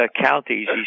counties